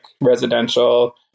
residential